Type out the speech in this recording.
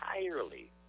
entirely